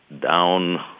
down